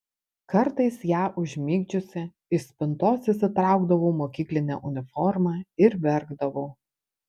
kartais ją užmigdžiusi iš spintos išsitraukdavau mokyklinę uniformą ir verkdavau